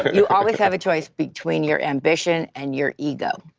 you always have a choice between your ambition and your ego.